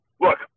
Look